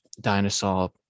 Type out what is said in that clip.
dinosaur